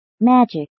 Magic